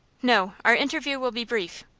no our interview will be brief.